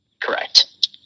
Correct